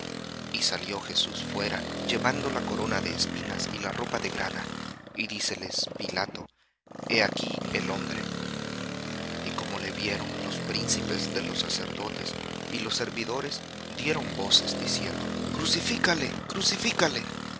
y salió jesús fuera llevando la corona de espinas y la ropa de grana y díceles he aquí el hombre y como le vieron los príncipes de los sacerdotes y los servidores dieron voces diciendo